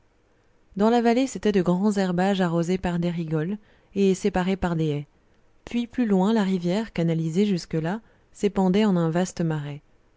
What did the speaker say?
dans la vallée c'étaient de grands herbages arrosés par des rigoles et séparés par des haies puis plus loin la rivière canalisée jusque-là s'épandait en un vaste marais